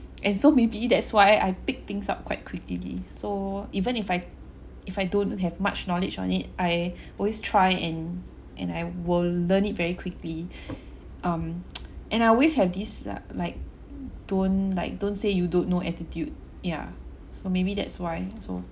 and so maybe that's why I pick things up quite quickly so even if I if I don't have much knowledge on it I always try and and I will learn it very quickly um and I always have this uh like don't like don't say you don't know attitude ya so maybe that's why so